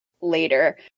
later